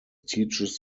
teaches